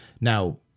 Now